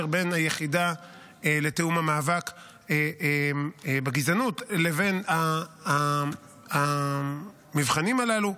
בין היחידה לתיאום המאבק בגזענות לבין המבחנים הללו,